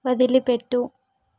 వదిలిపెట్టు